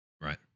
Right